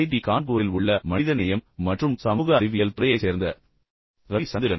D கான்பூரில் உள்ள மனிதநேயம் மற்றும் சமூக அறிவியல் துறையைச் சேர்ந்த ரவி சந்திரன்